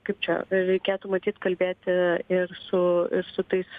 kaip čia reikėtų matyt kalbėti ir su ir su tais